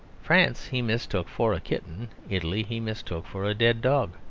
france he mistook for a kitten. italy he mistook for a dead dog.